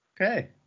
Okay